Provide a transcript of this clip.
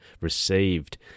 received